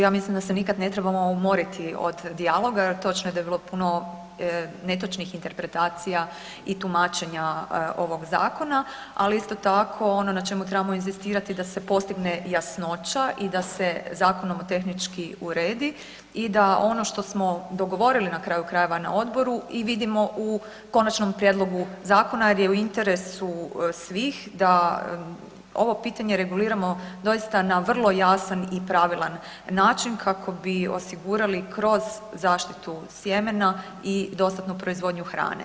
Ja mislim da se nikada ne trebamo umoriti od dijaloga jer točno je da je bilo puno netočnih interpretacija i tumačenja ovog zakona, ali isto tako ono na čemu trebamo inzistirati da se postigne jasnoća i da se zakonom tehnički uredi i da ono što smo dogovorili na kraju krajeve na odboru i vidimo u konačnom prijedlogu zakona jer je u interesu svih da ovo pitanje reguliramo doista na vrlo jasan i pravilan način kako bi osigurali kroz zaštitu sjemena i dostatnu proizvodnju hrane.